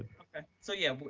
okay. so yeah,